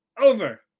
Over